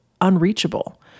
unreachable